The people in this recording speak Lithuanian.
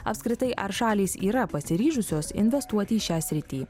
apskritai ar šalys yra pasiryžusios investuoti į šią sritį